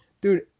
Dude